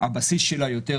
הבסיס שלה יותר רחב,